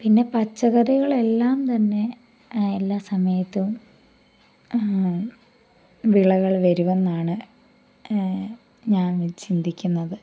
പിന്നെ പച്ചക്കറികളെല്ലാം തന്നെ എല്ലാ സമയത്തും വിളകൾ വരുമെന്നാണ് ഞാൻ ചിന്തിക്കുന്നത്